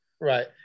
Right